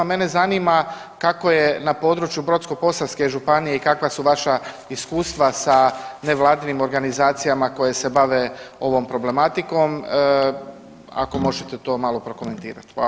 Mene zanima kako je na području Brodsko-posavske županije i kakva su vaša iskustva sa nevladinim organizacijama koja se bave ovom problematikom, ako možete to malo prokomentirati.